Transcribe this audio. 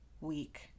week